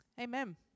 amen